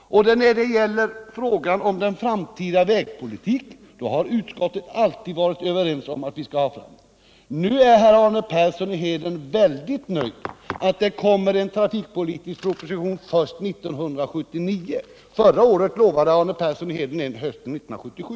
När det gällt frågan om den framtida vägpolitiken har utskottet alltid varit enigt om att förslag skall komma fram snabbt. Men nu är herr Arne Persson väldigt nöjd med att det kommer en trafikpolitisk proposition först 1979. Förra året utlovade Arne Persson en hösten 1977.